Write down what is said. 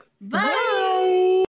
Bye